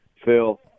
Phil –